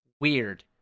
Weird